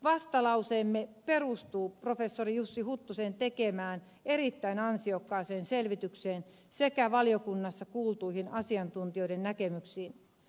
vastalauseemme perustuu professori jussi huttusen tekemään erittäin ansiokkaaseen selvitykseen sekä valiokunnassa kuultuihin asiantuntijoiden näkemyksiin